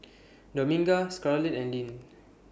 Dominga Scarlet and Lyn